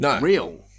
real